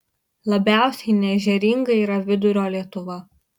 labiausiai neežeringa yra vidurio lietuva